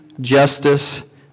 justice